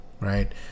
right